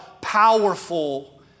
powerful